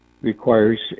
requires